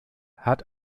hat